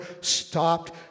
stopped